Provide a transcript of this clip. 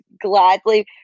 gladly